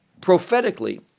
prophetically